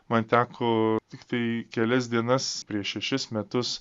man teko tiktai kelias dienas prieš šešis metus